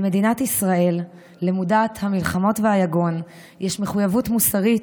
למדינת ישראל למודת המלחמות והיגון יש מחויבות מוסרית,